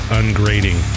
ungrading